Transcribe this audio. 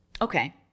okay